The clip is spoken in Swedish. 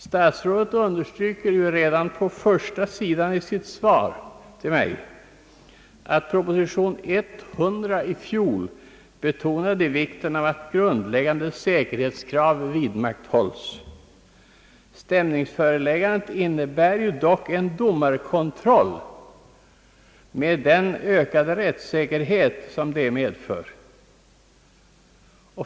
Statsrådet understryker redan på första sidan i sitt svar, att han i proposition nr 100 i fjol betonade vikten av att grundläggande säkerhetskrav vidmakthålles. Stämningsföreläggandet innebär ju dock en domarkontroll med den ökade rättssäkerhet detta medför.